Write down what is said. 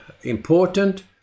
important